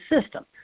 system